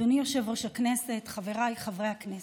אדוני יושב-ראש הכנסת, חבריי חברי הכנסת,